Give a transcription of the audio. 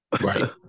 right